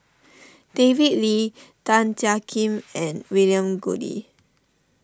David Lee Tan Jiak Kim and William Goode